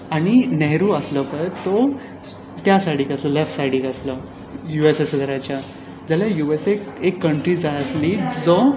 आनी नेहरू आसलो पळय तो त्या सायडीक आसलो लेफ्ट सायडीक आसलो यू एस एस आरच्या आनी यु एस एक एक कंट्री जाय आसली जो